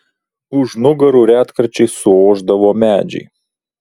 už nugarų retkarčiais suošdavo medžiai